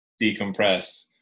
decompress